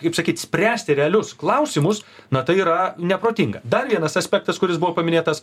kaip sakyt spręsti realius klausimus na tai yra neprotinga dar vienas aspektas kuris buvo paminėtas